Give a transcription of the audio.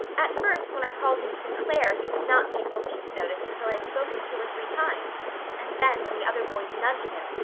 at first, when i called him st. clair' he would not take the least notice until i'd spoken two or three times and then, when the other boys nudged him,